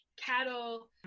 Cattle